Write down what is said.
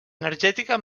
energètica